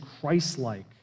Christ-like